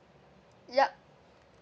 yup